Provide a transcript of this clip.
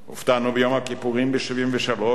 הופתענו ביום הכיפורים ב-73',